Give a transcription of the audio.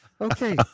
Okay